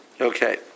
Okay